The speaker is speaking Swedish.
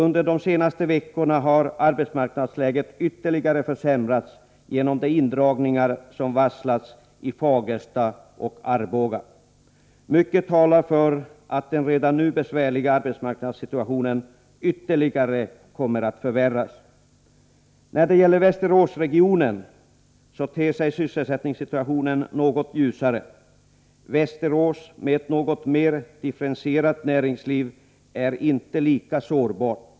Under de senaste veckorna har arbetsmarknadsläget ytterligare försämrats genom de indragningar som varslats i Fagersta och Arboga. Mycket talar för att den redan nu besvärliga arbetsmarknadssituationen kommer att förvärras ytterligare. För Västeråsregionen ter sig sysselsättningssituationen något ljusare. Västerås, som har ett något mer differentierat näringsliv, är inte lika sårbart.